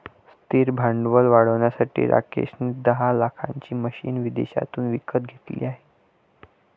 स्थिर भांडवल वाढवण्यासाठी राकेश ने दहा लाखाची मशीने विदेशातून विकत घेतले आहे